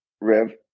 Rev